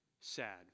sad